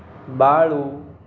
Balu